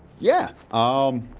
yeah, um